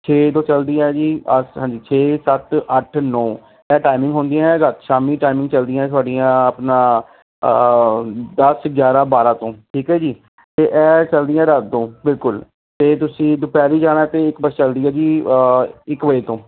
ਛੇ ਤੋਂ ਚਲਦੀ ਆ ਜੀ ਹਾਂਜੀ ਛੇ ਸੱਤ ਅੱਠ ਨੌਂ ਇਹ ਟਾਈਮਿੰਗ ਹੁੰਦੀਆਂ ਸ਼ਾਮੀ ਟਾਈਮਿੰਗ ਚੱਲਦੀਆਂ ਸਾਡੀਆਂ ਆਪਣਾ ਦਸ ਗਿਆਰ੍ਹਾਂ ਬਾਰ੍ਹਾਂ ਤੋਂ ਠੀਕ ਆ ਜੀ ਅਤੇ ਇਹ ਚੱਲਦੀਆਂ ਬਿਲਕੁਲ ਅਤੇ ਤੁਸੀਂ ਦੁਪਹਿਰੀ ਜਾਣਾ ਅਤੇ ਇੱਕ ਬੱਸ ਚਲਦੀ ਆ ਜੀ ਇੱਕ ਵਜੇ ਤੋਂ